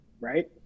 right